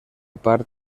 part